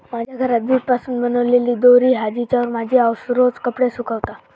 माझ्या घरात जूट पासून बनलेली दोरी हा जिच्यावर माझी आउस रोज कपडे सुकवता